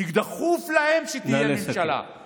כי דחוף להם שתהיה ממשלה -- נא לסכם.